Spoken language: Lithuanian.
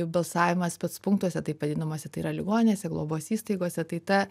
balsavimas spec punktuose taip vadinamuose tai yra ligoninėse globos įstaigose tai ta